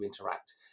interact